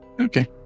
Okay